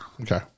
Okay